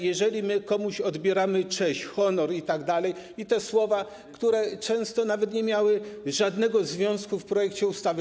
Jeżeli komuś odbieramy cześć, honor itd. i padają słowa, które często nawet nie mają żadnego związku z projektem ustawy.